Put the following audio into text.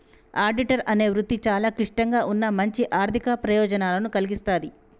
auditor అనే వృత్తి చాలా క్లిష్టంగా ఉన్నా మంచి ఆర్ధిక ప్రయోజనాలను కల్గిస్తాది